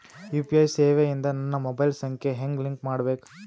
UPI ಸೇವೆ ಇಂದ ನನ್ನ ಮೊಬೈಲ್ ಸಂಖ್ಯೆ ಹೆಂಗ್ ಲಿಂಕ್ ಮಾಡಬೇಕು?